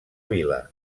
vila